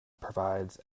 provides